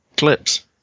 Clips